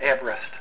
Everest